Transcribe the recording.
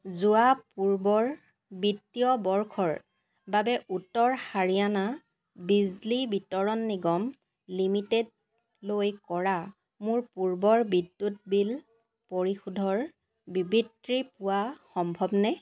যোৱা পূৰ্বৰ বিত্তীয় বৰ্ষৰ বাবে উত্তৰ হাৰিয়ানা বিজলী বিতৰণ নিগম লিমিটেডলৈ কৰা মোৰ পূৰ্বৰ বিদ্যুৎ বিল পৰিশোধৰ বিবৃতি পোৱা সম্ভৱনে